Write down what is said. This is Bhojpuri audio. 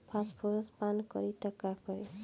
फॉस्फोरस पान करी त का करी?